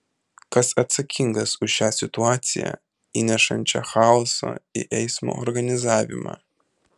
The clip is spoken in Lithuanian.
kas atsakingas už šią situaciją įnešančią chaoso į eismo organizavimą